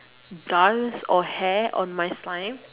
dust or hair on my slime